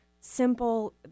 simple